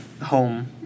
home